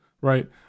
right